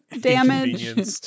damage